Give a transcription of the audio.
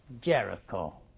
Jericho